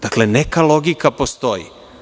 Dakle, neka logika postoji.